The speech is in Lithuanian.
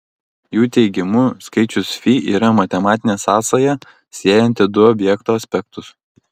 jų teigimu skaičius fi yra matematinė sąsaja siejanti du objekto aspektus